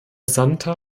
santer